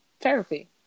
therapy